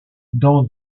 dans